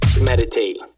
Meditate